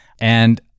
And-